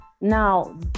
Now